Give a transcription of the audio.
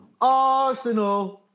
Arsenal